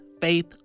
faith